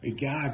God